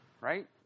right